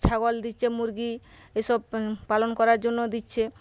ছাগল দিচ্ছে মুরগি এসব পালন করার জন্য দিচ্ছে